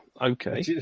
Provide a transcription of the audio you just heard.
Okay